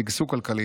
שגשוג כלכלי,